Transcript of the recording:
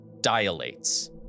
dilates